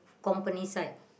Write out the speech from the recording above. company side